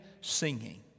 singing